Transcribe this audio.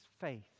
faith